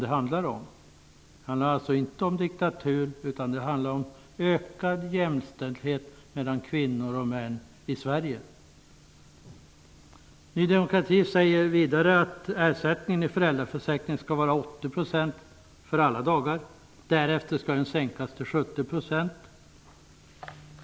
Det handlar inte om diktatur, utan om ökad jämställdhet mellan kvinnor och män i Sverige. Vidare säger Ny demokrati att ersättningen i föräldraförsäkringen skall vara 80 % för alla dagar, och därefter skall den sänkas till 70 %.